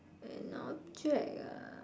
an object ah